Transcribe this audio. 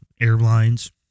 airlines